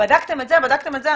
בדקתם את זה ואת זה?